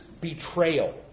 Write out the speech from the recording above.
betrayal